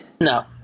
No